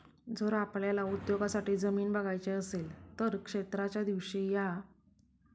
जर आपल्याला उद्योगासाठी जमीन बघायची असेल तर क्षेत्राच्या दिवशी या